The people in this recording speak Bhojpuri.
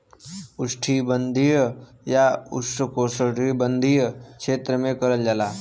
उष्णकटिबंधीय या उपोष्णकटिबंधीय क्षेत्र में करल जाला